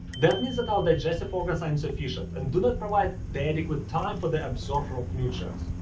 that means that our digestive organs are insufficient and do not provide the adequate time for the absorption of nutrients.